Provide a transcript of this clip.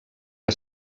que